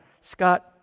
Scott